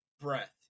breath